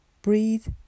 Breathe